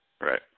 right